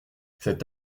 cet